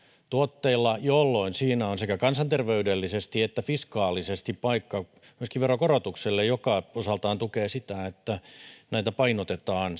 tuotteilla jolloin siinä on sekä kansanterveydellisesti että fiskaalisesti paikka myöskin veronkorotukselle mikä osaltaan tukee sitä että painotetaan